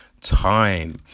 time